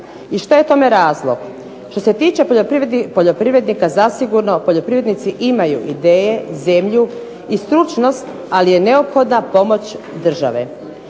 I što je tome razlog? Što se tiče poljoprivrednika zasigurno poljoprivrednici imaju ideje, zemlju i stručnost ali je neophodna pomoć države.